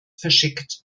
verschickt